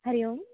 Hari Om